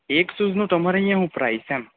એક શૂઝનું તમારે અહીંયા હું પ્રાઈઝ છે એમ